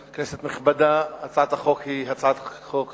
כנסת נכבדה, הצעת החוק היא הצעת חוק חשובה.